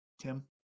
Tim